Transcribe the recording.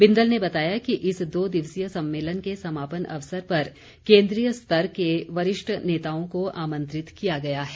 बिंदल ने बताया कि इस दो दिवसीय सम्मेलन के समापन अवसर पर केन्द्रीय स्तर के वरिष्ठ नेताओं को आमंत्रित किया गया है